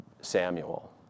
Samuel